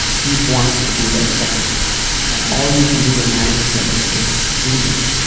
he wants to do those things and all you can do in that instance is leave.